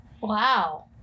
Wow